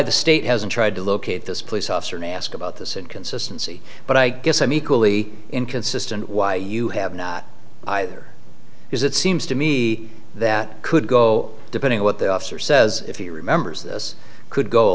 the state hasn't tried to locate this police officer may ask about this inconsistency but i guess i'm equally inconsistent why you have not either because it seems to me that could go depending on what the officer says if he remembers this could go a